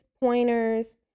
pointers